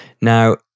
Now